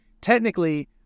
technically